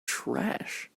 trash